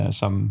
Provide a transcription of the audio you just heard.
som